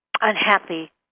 unhappy